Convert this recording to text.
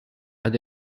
are